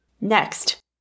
Next